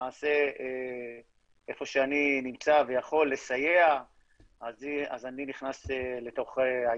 למעשה איפה שאני נמצא ויכול לסייע אז אני נכנס לתוך העניין.